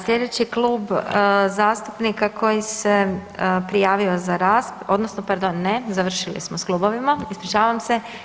Slijedeći Klub zastupnika koji se prijavio za raspravu, odnosno pardon, ne, završili smo s klubovima, ispričavam se.